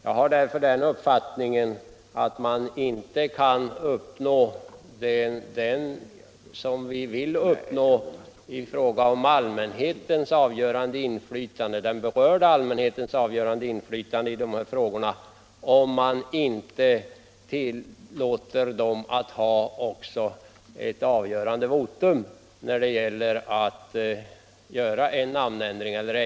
Därför har jag den uppfattningen att man inte kan uppnå det som vi vill uppnå i fråga om den berörda allmänhetens avgörande inflytande, om man inte tillåter den att ha också ett avgörande votum när det gäller att göra en namnändring.